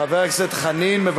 חוק ומשפט נתקבלה.